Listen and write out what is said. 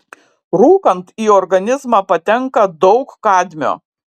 rūkant į organizmą patenka daug kadmio